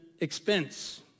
expense